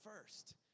first